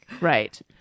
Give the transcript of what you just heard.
right